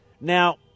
Now